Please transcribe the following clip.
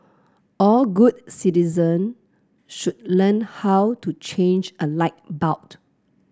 all good citizen should learn how to change a light bulb